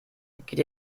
geht